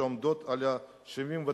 שעומדת על 79.5,